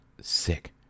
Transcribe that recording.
sick